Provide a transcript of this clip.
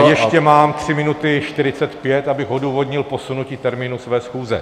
Ještě mám tři minuty 45, abych odůvodnil posunutí termínu své schůze (?).